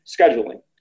scheduling